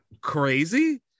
crazy